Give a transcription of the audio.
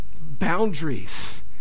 boundaries